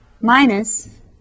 minus